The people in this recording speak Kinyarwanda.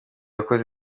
wakoze